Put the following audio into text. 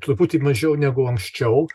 truputį mažiau negu anksčiau